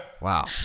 Wow